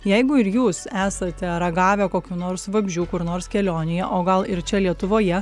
jeigu ir jūs esate ragavę kokių nors vabzdžių kur nors kelionėje o gal ir čia lietuvoje